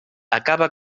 acaba